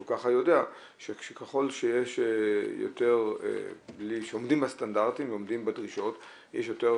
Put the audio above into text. חושבים שמעבר לרק מחיר אנחנו צריכים לתת